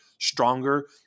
stronger